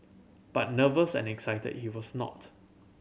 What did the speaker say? but nervous and excited he was not